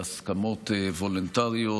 בהסכמות וולונטריות,